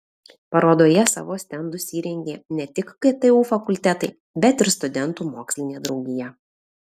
parodoje savo stendus įrengė ne tik ktu fakultetai bet ir studentų mokslinė draugija